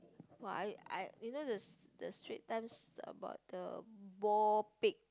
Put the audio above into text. why I you know the the Straits Times about the boar pig wild